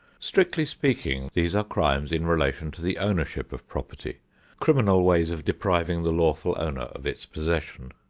strictly speaking, these are crimes in relation to the ownership of property criminal ways of depriving the lawful owner of its possession.